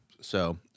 So-